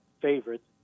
favorites